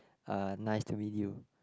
uh nice to meet you